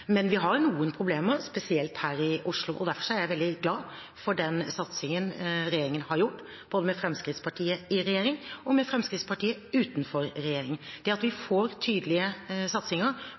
men vi har noen problemer, spesielt her i Oslo. Derfor er jeg veldig glad for den satsingen regjeringen har gjort med Fremskrittspartiet i regjering og med Fremskrittspartiet utenfor regjering. Det at vi får tydelige satsinger